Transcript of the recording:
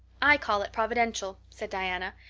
i call it providential, said diana.